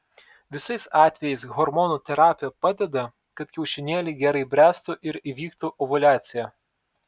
visais atvejais hormonų terapija padeda kad kiaušinėliai gerai bręstų ir įvyktų ovuliacija